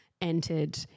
entered